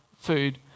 food